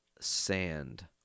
sand